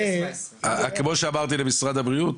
כמו שאמרתי למשרד הבריאות,